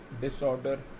disorder